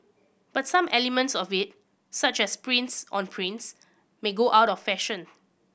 but some elements of it such as prints on prints may go out of fashion